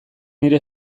nire